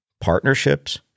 partnerships